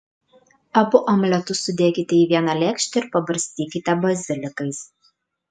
abu omletus sudėkite į vieną lėkštę ir pabarstykite bazilikais